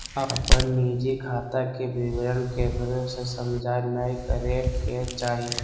अपन निजी खाता के विवरण केकरो से साझा नय करे के चाही